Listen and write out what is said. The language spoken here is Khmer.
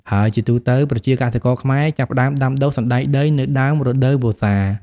ហើយជាទូទៅ ប្រជាកសិករខ្មែរចាប់ផ្ដើមដាំដុះ សណ្ដែកដីនៅដើមរដូវវស្សា។